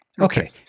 Okay